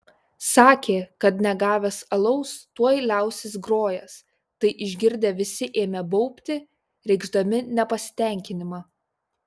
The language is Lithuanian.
sakė kad negavęs alaus tuoj liausis grojęs tai išgirdę visi ėmė baubti reikšdami nepasitenkinimą